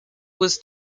was